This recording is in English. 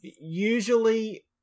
Usually